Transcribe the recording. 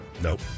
Nope